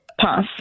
Pass